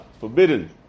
Forbidden